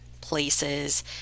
places